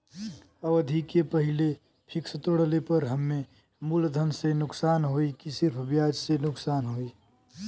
अवधि के पहिले फिक्स तोड़ले पर हम्मे मुलधन से नुकसान होयी की सिर्फ ब्याज से नुकसान होयी?